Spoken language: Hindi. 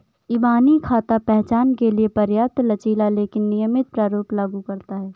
इबानी खाता पहचान के लिए पर्याप्त लचीला लेकिन नियमित प्रारूप लागू करता है